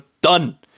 done